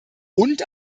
und